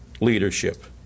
leadership